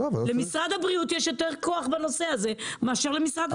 למשרד הבריאות יש יותר כוח בנושא הזה מאשר למשרד התחבורה.